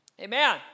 Amen